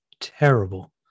terrible